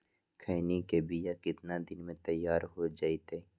खैनी के बिया कितना दिन मे तैयार हो जताइए?